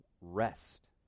rest